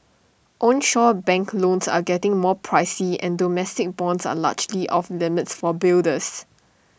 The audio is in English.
onshore bank loans are getting more pricey and domestic bonds are largely off limits for builders